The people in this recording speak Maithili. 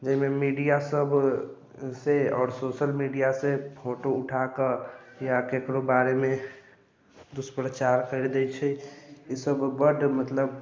जाहिमे मीडियासभसँ आओर सोशल मीडियासँ फोटो उठा कऽ या ककरो बारेमे दुष्प्रचार करि दै छै ईसभ बड्ड मतलब